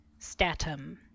Statum